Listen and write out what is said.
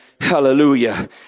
Hallelujah